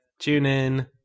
TuneIn